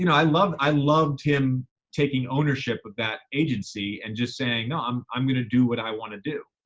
you know, i loved, i loved him taking ownership of that agency and just saying, no, i'm i'm going to do what i want to do.